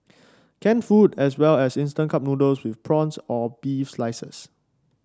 canned food as well as instant cup noodles with prawns or beef slices